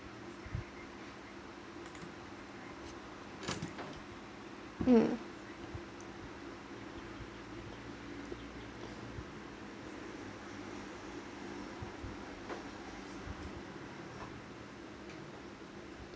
um